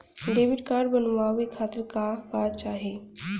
Debit card बनवावे खातिर का का चाही?